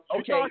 Okay